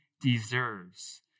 deserves